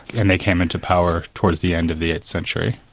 and they came into power towards the end of the eighth century.